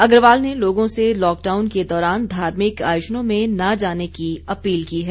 अग्रवाल ने लोगों से लॉकडाउन के दौरान धार्मिक आयोजनों में न जाने की अपील की है